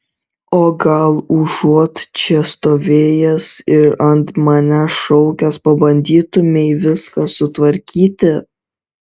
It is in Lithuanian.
o gal užuot čia stovėjęs ir ant manęs šaukęs pabandytumei viską sutvarkyti